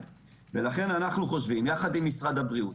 לכן אנחנו חושבים, יחד עם משרד הבריאות